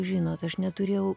žinot aš neturėjau